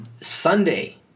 Sunday